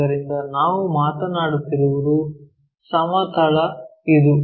ಆದ್ದರಿಂದ ನಾವು ಮಾತನಾಡುತ್ತಿರುವ ಸಮತಲ ಇದು